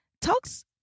talks